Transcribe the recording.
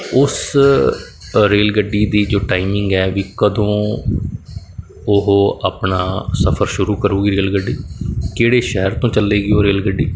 ਉਸ ਰੇਲ ਗੱਡੀ ਦੀ ਜੋ ਟਾਈਮਿੰਗ ਹੈ ਵੀ ਕਦੋਂ ਉਹ ਆਪਣਾ ਸਫਰ ਸ਼ੁਰੂ ਕਰੇਗੀ ਰੇਲ ਗੱਡੀ ਕਿਹੜੇ ਸ਼ਹਿਰ ਤੋਂ ਚੱਲੇਗੀ ਉਹ ਰੇਲ ਗੱਡੀ